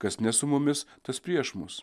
kas ne su mumis tas prieš mus